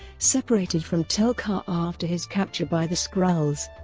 separated from tel-kar after his capture by the skrulls,